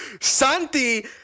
Santi